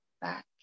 back